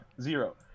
Zero